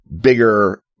bigger